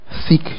seek